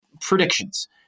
predictions